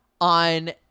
on